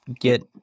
get